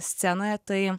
scenoje tai